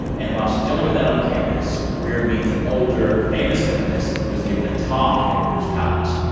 and while she's dealing with that on campus, greer meets an older, famous feminist who was giving a talk at greer's college.